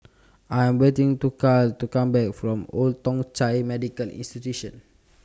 I Am waiting to Carl to Come Back from Old Thong Chai Medical Institution